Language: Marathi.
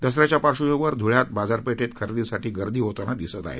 दसऱ्याच्या पार्श्वभूमिवर धूळ्यात बाजारपेठेत खरेदीसाठी गर्दी होतांना दिसत आहे